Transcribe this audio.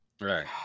Right